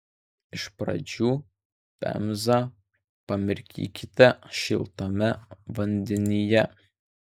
iš pradžių pemzą pamirkykite šiltame vandenyje